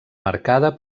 marcada